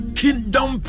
kingdom